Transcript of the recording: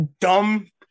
dumb